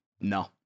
No